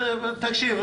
תקשיב,